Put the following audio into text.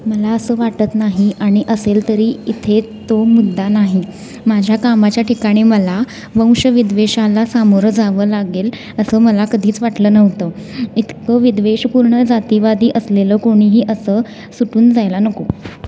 मला असं वाटत नाही आणि असेल तरी इथे तो मुद्दा नाही माझ्या कामाच्या ठिकाणी मला वंशविद्वेषाला सामोरं जावं लागेल असं मला कधीच वाटलं नव्हतं इतकं विद्वेषपूर्ण जातीवादी असलेलं कोणीही असं सुटून जायला नको